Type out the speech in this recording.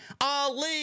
Ali